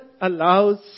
allows